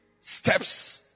steps